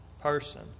person